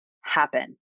happen